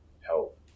help